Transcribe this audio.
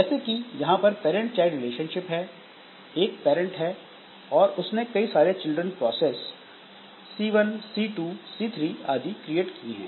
जैसे कि यहां पर पैरंट चाइल्ड रिलेशनशिप है एक पैरंट है और उसने कई सारी children process C1 C2 C3 आदि क्रिएट की है